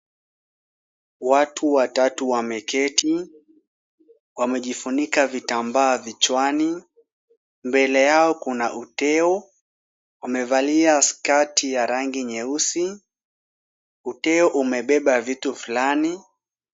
Watu watatu wameketi. Wamejifunika vitambaa vichwani. Mbele yao kuna uteo, wamevalia skati ya rangi nyeusi, uteo umebeba vitu fulani.